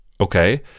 Okay